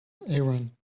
aaron